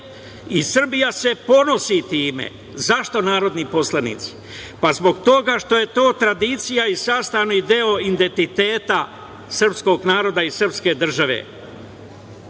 i Srbija je ponosi time. Zašto narodni poslanici? Pa, zbog toga što je to tradicija i sastavni deo identiteta srpskog naroda i srpske države.